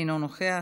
אינו נוכח,